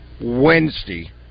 Wednesday